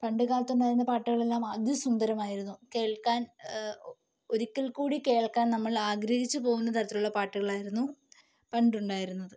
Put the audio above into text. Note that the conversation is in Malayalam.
പണ്ടുകാലത്തുണ്ടായിരുന്ന പാട്ടുകളെല്ലാം അതിസുന്ദരമായിരുന്നു കേൾക്കാൻ ഒരിക്കൽക്കൂടി കേൾക്കാൻ നമ്മളാഗ്രഹിച്ചുപോകുന്ന തരത്തിലുള്ള പാട്ടുകളായിരുന്നു പണ്ടുണ്ടായിരുന്നത്